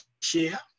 share